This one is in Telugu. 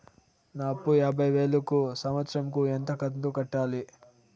నా అప్పు యాభై వేలు కు సంవత్సరం కు ఎంత కంతు కట్టాలి?